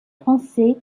français